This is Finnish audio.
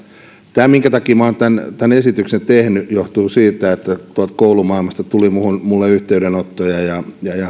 tämä minkä takia minä olen tämän esityksen tehnyt johtuu siitä että tuolta koulumaailmasta tuli minulle yhteydenottoja